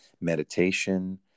meditation